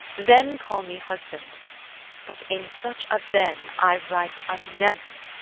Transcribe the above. then call me husband but in such a then i write a never.